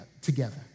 together